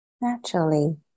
naturally